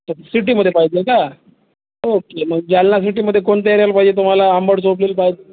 सिटीमध्ये पाहिजे का ओके मग जालना सिटीमध्ये कोणत्या एरियाला पाहिजे तुम्हाला अंबड चौकीला पाय